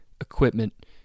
equipment